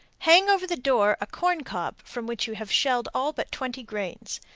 hang over the door a corn-cob from which you have shelled all but twenty grains.